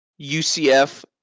UCF